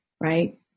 right